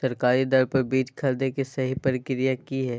सरकारी दर पर बीज खरीदें के सही प्रक्रिया की हय?